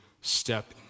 step